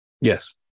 Yes